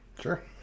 Sure